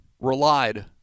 relied